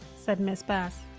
said miss bass.